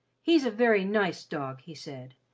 he's a very nice dog, he said.